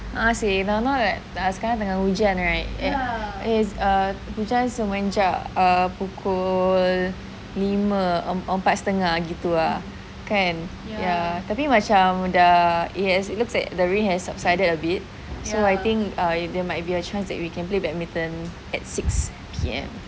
a'ah seh now now like uh sekarang tengah hujan right uh it's hujan semenjak pukul lima empat setengah gitu ah kan ya tapi macam dah it has it looks like the rain has subsided a bit so I think there might be a chance that we can play badminton at six P_M